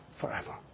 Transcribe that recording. forever